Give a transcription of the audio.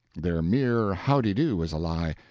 their mere howdy-do was a lie,